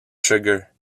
sugar